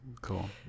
Cool